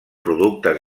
productes